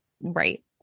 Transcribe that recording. Right